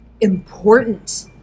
important